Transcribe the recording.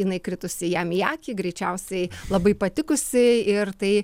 jinai kritusi jam į akį greičiausiai labai patikusi ir tai